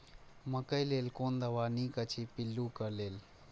मकैय लेल कोन दवा निक अछि पिल्लू क लेल?